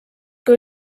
kui